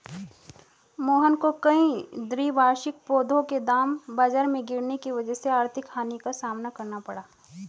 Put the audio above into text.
मोहन को कई द्विवार्षिक पौधों के दाम बाजार में गिरने की वजह से आर्थिक हानि का सामना करना पड़ा